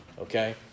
okay